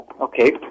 okay